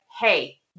hey